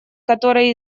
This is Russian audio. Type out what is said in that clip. которое